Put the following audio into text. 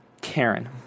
Karen